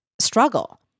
struggle